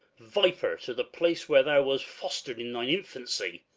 viper to the place where thou was fostered in thine infancy,